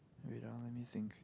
wait ah let me think